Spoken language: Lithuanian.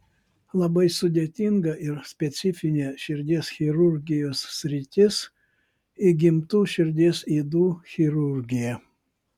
labai sudėtinga ir specifinė širdies chirurgijos sritis įgimtų širdies ydų chirurgija